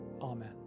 Amen